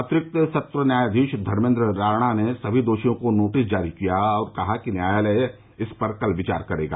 अतिरिक्त सत्र न्यायाधीश धर्मेद्र राणा ने सभी दोषियों को नोटिस जारी किया और कहा कि न्यायालय इस पर कल विचार करेगा